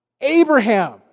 Abraham